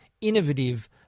innovative